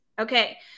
Okay